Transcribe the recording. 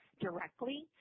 directly